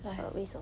what a waste